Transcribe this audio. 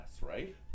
right